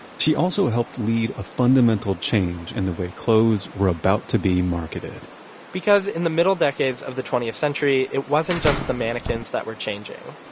she also helped lead a fundamental change in the way clothes were about to be marketed because in the middle decades of the twentieth century, it wasn't just the mannequins that were changing.